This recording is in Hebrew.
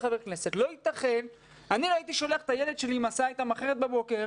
אני לא הייתי שולח את הילד שלי אם ההסעה הייתה מאחרת בבוקר,